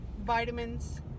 vitamins